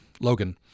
Logan